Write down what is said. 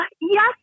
Yes